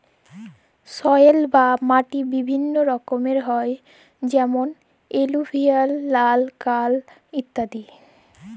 soil বা মাটি বিভিল্য রকমের হ্যয় যেমন এলুভিয়াল, লাল, কাল ইত্যাদি